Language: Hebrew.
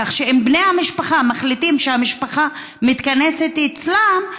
כך שאם בני המשפחה מחליטים שהמשפחה מתכנסת אצלם,